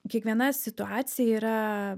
kiekviena situacija yra